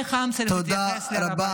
איך העם צריך להתייחס לרבנים?